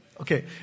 Okay